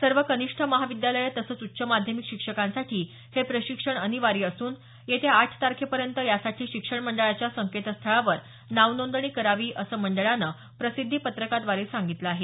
सर्व कनिष्ठ महाविद्यालय तसंच उच्च माध्यमिक शिक्षकांसाठी हे प्रशिक्षण अनिवार्य असून येत्या आठ तारखेपर्यंत यासाठी शिक्षण मंडळाच्या संकेतस्थळावर नाव नोंदणी करावी असं मंडळानं प्रसिद्धीपत्रकाद्वारे सांगितलं आहे